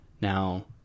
now